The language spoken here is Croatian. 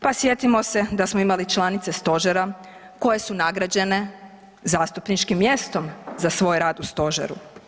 Pa sjetimo se da smo imali članice stožera koje su nagrađene zastupničkim mjestom za svoj rad u stožeru.